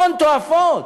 הון תועפות.